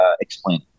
explain